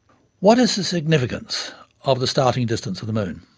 what is the significance of the starting distance of the moon?